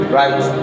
right